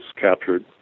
captured